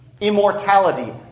immortality